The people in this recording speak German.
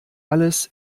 alles